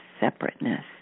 separateness